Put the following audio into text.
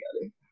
together